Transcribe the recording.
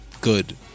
Good